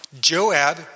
Joab